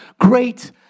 great